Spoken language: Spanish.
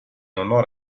honor